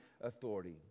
authority